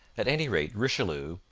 at any rate richelieu,